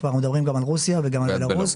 כבר מדברים גם על רוסיה וגם על בלארוס.